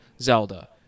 Zelda